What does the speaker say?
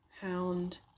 hound